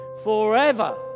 Forever